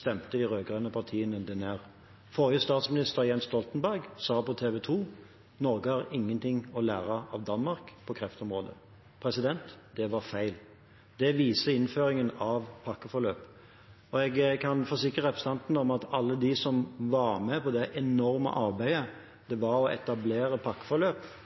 stemte de rød-grønne partiene det ned. Forrige statsminister, Jens Stoltenberg, sa på TV 2 at Norge har ingenting å lære av Danmark på kreftområdet. Det var feil. Det viser innføringen av pakkeforløpet. Jeg kan forsikre representanten om at alle som var med på det enorme arbeidet det var å etablere pakkeforløp